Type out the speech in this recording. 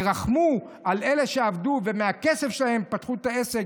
תרחמו על אלה שעבדו ומהכסף שלהם פתחו את העסק